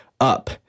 Up